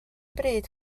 bryd